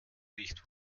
nicht